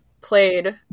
played